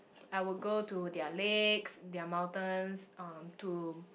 I would go to their lakes their mountains um to